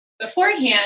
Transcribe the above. Beforehand